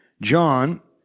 John